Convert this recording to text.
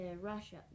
Russia